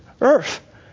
earth